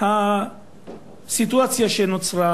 הסיטואציה שנוצרה,